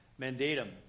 mandatum